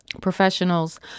professionals